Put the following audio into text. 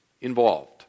involved